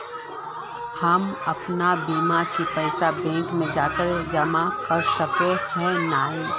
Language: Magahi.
हम अपन बीमा के पैसा बैंक जाके जमा कर सके है नय?